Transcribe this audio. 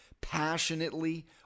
passionately